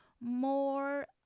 more